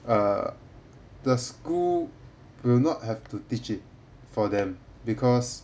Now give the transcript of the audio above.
uh the school will not have to teach it for them because